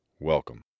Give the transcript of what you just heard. Welcome